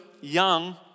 young